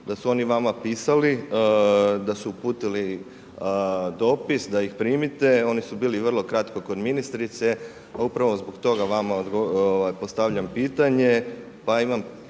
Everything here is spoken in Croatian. da su oni vama pisali, da su uputili dopis da ih primite, oni su bili vrlo kratko kod ministrice, a upravo zbog toga vama postavljam pitanje. Pa imam